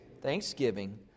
Thanksgiving